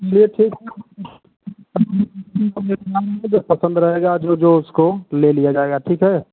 पसंद रहेगा जो जो उसको ले लिया जाएगा ठीक है